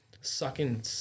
sucking